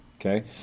Okay